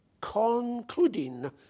concluding